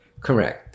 Correct